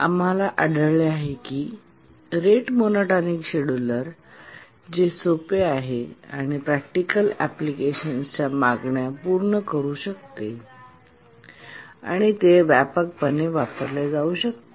आम्हाला आढळले आहे की रेट मोनोटॉनिक शेड्यूलर जे सोपी आहे आणि प्रॅक्टिकल अँप्लिकेशन्स च्या मागण्या पूर्ण करू शकते आणि व्यापकपणे वापरला जातो